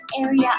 area